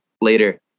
later